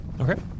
Okay